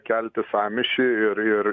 kelti sąmyšį ir ir